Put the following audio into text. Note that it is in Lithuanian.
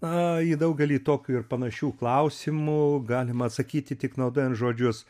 na į daugelį tokių ir panašių klausimų galima atsakyti tik naudojant žodžius